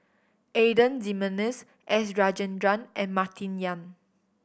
Adan Jimenez S Rajendran and Martin Yan